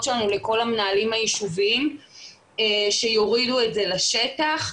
שלנו לכל המנהלים היישוביים שיורידו את זה לשטח.